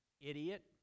idiot